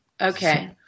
Okay